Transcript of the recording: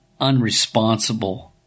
unresponsible